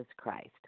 Christ